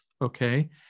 Okay